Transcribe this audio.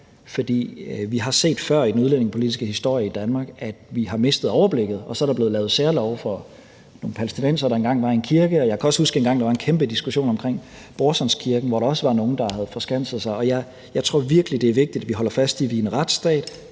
vi har før i den udlændingepolitiske historie i Danmark set, at vi har mistet overblikket, og så er der blevet lavet særlove for nogle palæstinensere, der engang var i en kirke, og jeg kan også godt huske dengang, der var en kæmpe diskussion om Brorsons Kirke, hvor der også var nogle, der havde forskanset sig. Jeg tror virkelig, det er vigtigt, at vi holder fast i, at vi er en retsstat,